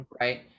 right